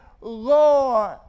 Lord